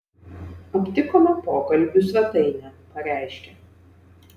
aptikome pokalbių svetainę pareiškė